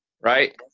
Right